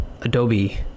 Adobe